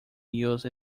used